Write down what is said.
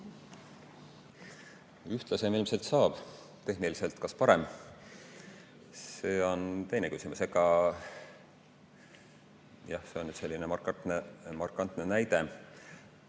Ühtlasem ilmselt saab. Tehniliselt kas parem? See on teine küsimus. Jah, see on nüüd selline markantne näide.